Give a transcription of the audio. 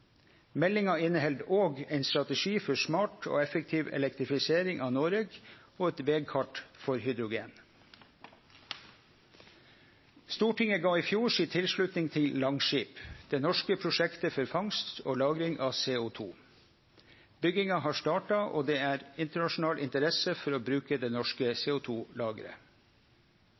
Meldinga inneheld òg ein strategi for smart og effektiv elektrifisering av Noreg og eit vegkart for hydrogen. Stortinget gav i fjor si tilslutning til Langskip, det norske prosjektet for fangst og lagring av CO 2 . Bygginga har starta, og det er internasjonal interesse for å bruke det norske